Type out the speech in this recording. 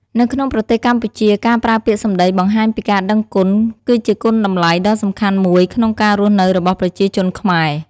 នៅក្នុងប្រទេសកម្ពុជា ការប្រើពាក្យសម្ដីបង្ហាញពីការដឹងគុណគឺជាគុណតម្លៃដ៏សំខាន់មួយក្នុងការរស់នៅរបស់ប្រជាជនខ្មែរ។